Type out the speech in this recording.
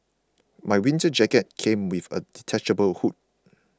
my winter jacket came with a detachable hood